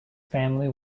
family